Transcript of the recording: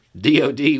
DOD